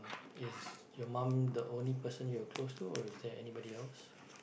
is your mum the only person you are close to or is there anybody else